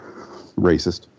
Racist